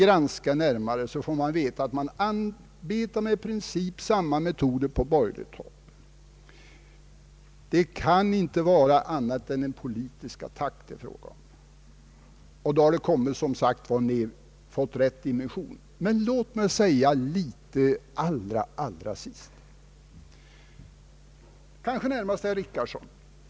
Granskar man det hela närmare, får man veta att det på borgerligt håll arbetas med i princip samma metoder. Det kan inte vara fråga om annat än en politisk attack. Genom detta konstaterande har frågan fått rätt dimension. Låt mig allra sist få anföra några ord, kanske närmast till herr Richardson.